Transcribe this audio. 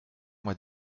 moi